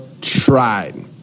Tried